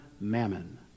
mammon